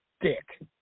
Dick